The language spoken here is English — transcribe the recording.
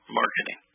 marketing